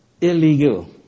illegal